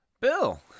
Bill